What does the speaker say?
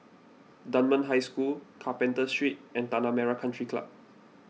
Dunman High School Carpenter Street and Tanah Merah Country Club